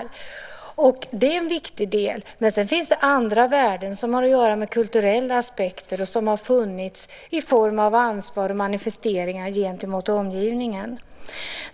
äktenskapet. Det är en viktig del, men det finns andra värden som har att göra med kulturella aspekter och som har funnits i form av ansvar och manifesteringar gentemot omgivningen.